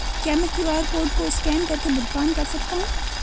क्या मैं QR code को स्कैन करके भुगतान कर सकता हूं?